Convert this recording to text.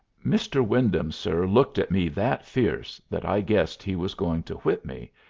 mr. wyndham, sir, looked at me that fierce that i guessed he was going to whip me,